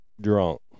Drunk